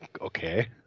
Okay